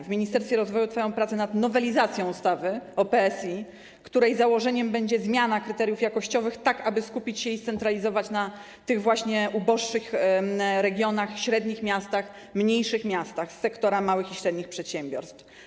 W Ministerstwie Rozwoju trwają prace nad nowelizacją ustawy o PSI, której założeniem będzie zmiana kryteriów jakościowych, tak aby skupić się, scentralizować uwagę na tych właśnie uboższych regionach, średnich miastach, mniejszych miastach, kwestiach związanych z sektorem małych i średnich przedsiębiorstw.